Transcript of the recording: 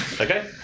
Okay